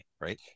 right